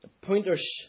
pointers